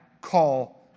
call